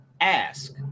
ask